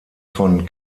von